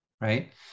right